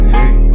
Hey